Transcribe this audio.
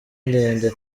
ndende